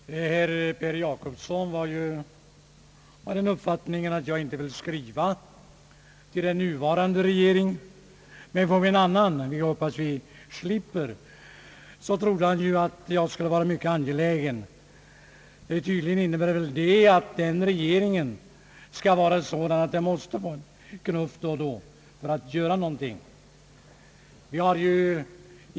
Herr talman! Herr Per Jacobsson var av den uppfattningen, att jag inte ville skriva till den nuvarande regeringen. Fick vi en annan regering — något som jag hoppas att vi slipper — trodde han emellertid att jag skulle vara mera angelägen. Det innebär tydligen att den regeringen — om vi får den — skulle vara sådan att den måste få en knuff då och då för att göra någonting.